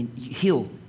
heal